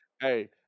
Hey